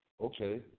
Okay